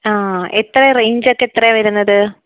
ആ എത്രയാണ് റേഞ്ചൊക്കെ എത്രയാണ് വരുന്നത്